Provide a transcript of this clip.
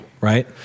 right